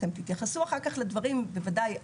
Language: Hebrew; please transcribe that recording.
אתם תתייחסו אחר כך לדברים בוודאי,